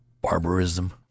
barbarism